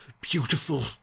Beautiful